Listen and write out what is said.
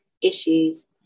issues